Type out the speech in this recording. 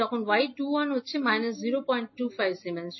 যখন y 21 হচ্ছেন 025 siemens